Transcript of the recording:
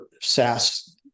SaaS